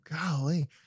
Golly